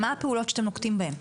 מה הפעולות שאתם נוקטים בהן?